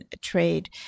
trade